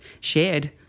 shared